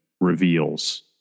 reveals